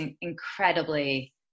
incredibly